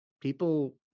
people